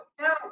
No